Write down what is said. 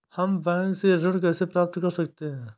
हम बैंक से ऋण कैसे प्राप्त कर सकते हैं?